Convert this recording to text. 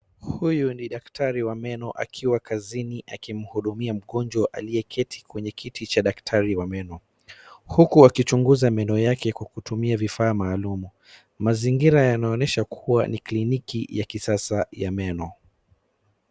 Huyu ni daktari wa meno akiwa kazini akimhudumia mgonjwa aliyeketi kwenye kiti cha daktari wa meno, huku akichunguza meno yake kwa kutumia vifaa maalum. Mazingira yanaonyesha kuwa ni kliniki ya kisasa ya meno.